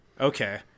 Okay